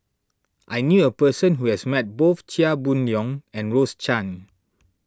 I knew a person who has met both Chia Boon Leong and Rose Chan